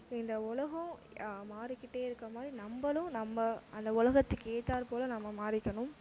இந்த உலகம் மாறிக்கிட்டே இருக்க மாதிரி நம்மளும் நம்மி அந்த உலகத்துக்கு ஏத்தாற் போல நம்ம மாறிக்கணும்